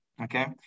okay